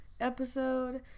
episode